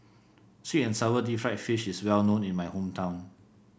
sweet and sour Deep Fried Fish is well known in my hometown